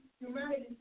Humanity